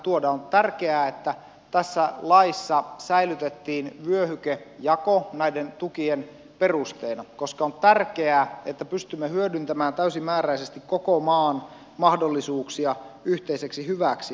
on tärkeää että tässä laissa säilytettiin vyöhykejako näiden tukien perusteena koska on tärkeää että pystymme hyödyntämään täysimääräisesti koko maan mahdollisuuksia yhteiseksi hyväksi